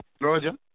Roger